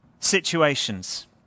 situations